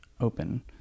open